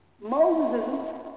Moses